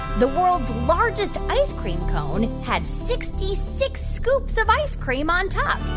the world's largest ice cream cone had sixty six scoops of ice cream on top?